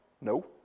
No